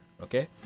Okay